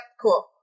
cool